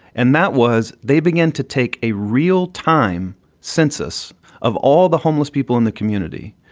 and that was they began to take a real time census of all the homeless people in the community.